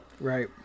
right